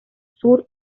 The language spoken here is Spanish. sur